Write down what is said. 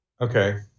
Okay